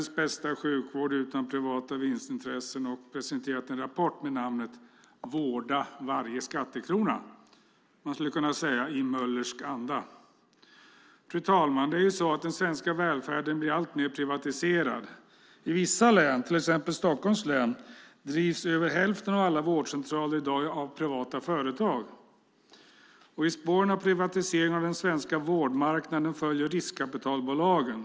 I vissa län, till exempel Stockholms län, drivs över hälften av alla vårdcentraler i dag av privata företag. I spåren av privatiseringarna av den svenska vårdmarknaden följer riskkapitalbolagen.